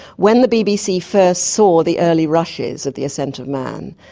when the bbc first saw the early rushes of the ascent of man,